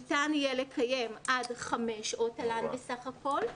ניתן יהיה לקיים עד חמש שעות תל"ן בסך הכול.